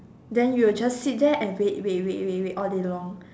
then you will just sit there and wait wait wait wait wait all day long